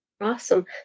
Awesome